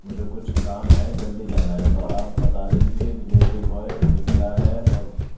مجھے کچھ کام ہے جلدی جانا ہے تو آپ بتا دیجیے ڈلیوری بوائے نکلا ہے اور